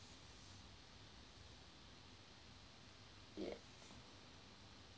yes